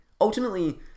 Ultimately